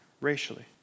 racially